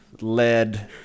lead